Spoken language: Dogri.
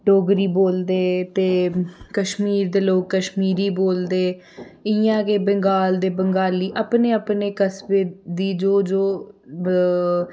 डोगरी बोलदे ते कश्मीर दे लोक कश्मीरी बोलदे इयां गै बंगाल दे बंगाली अपने अपने कस्बे दी जो जो